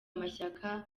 amashyaka